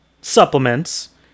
supplements